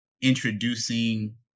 introducing